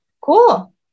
cool